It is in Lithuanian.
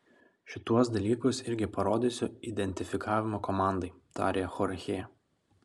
šituos dalykus irgi parodysiu identifikavimo komandai tarė chorchė